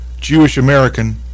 Jewish-American